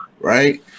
right